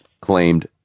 claimed